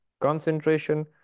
concentration